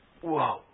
Whoa